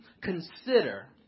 consider